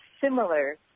similar